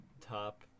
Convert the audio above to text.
top